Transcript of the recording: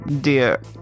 Dear